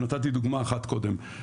נתתי דוגמה אחת קודם,